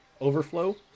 overflow